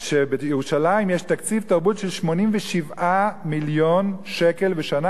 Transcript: שבירושלים יש תקציב תרבות של 87 מיליון שקלים בשנה